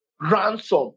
ransom